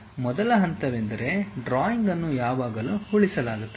ಆದ್ದರಿಂದಮೊದಲ ಹಂತವೆಂದರೆ ಡ್ರಾಯಿಂಗ್ ಅನ್ನು ಯಾವಾಗಲೂ ಉಳಿಸಲಾಗುತ್ತದೆ